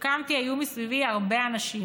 כשקמתי היו מסביבי הרבה אנשים.